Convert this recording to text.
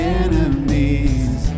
enemies